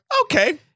okay